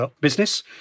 business